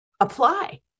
apply